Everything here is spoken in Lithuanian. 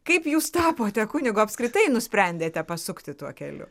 kaip jūs tapote kunigu apskritai nusprendėte pasukti tuo keliu